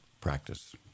practice